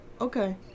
okay